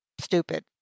stupid